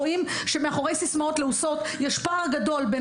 רואים שמאחורי סיסמאות לעוסות יש פער גדול בין